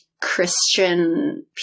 Christian